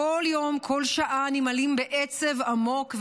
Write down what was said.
כל יום וכל שעה נמהלים בעצב עמוק ודאגה.